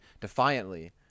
defiantly